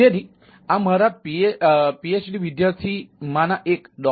તેથી આ મારા પીએચડી વિદ્યાર્થી માંના એક ડો